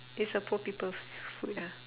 this a poor people's food ah